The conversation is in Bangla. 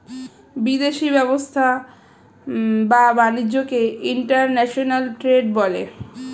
বিদেশি ব্যবসা বা বাণিজ্যকে ইন্টারন্যাশনাল ট্রেড বলে